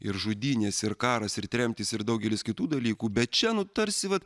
ir žudynės ir karas ir tremtys ir daugelis kitų dalykų bet čia nu tarsi vat